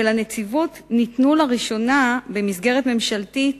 לנציבות ניתנו לראשונה במסגרת ממשלתית